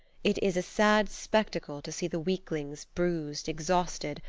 it is a sad spectacle to see the weaklings bruised, exhausted,